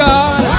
God